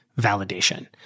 validation